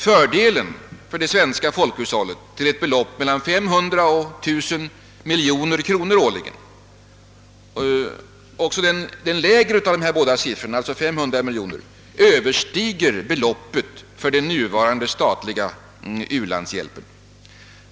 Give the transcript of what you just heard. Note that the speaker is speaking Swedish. Fördelen för det svenska folkhushållet kan uppskattas till ett belopp av mellan 500 och 1000 miljoner kronor årligen. Också den lägre av de båda siffrorna, alltså 500 miljoner, överstiger beloppet för den nuvarande statliga u-landshjälpen.